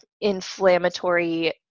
inflammatory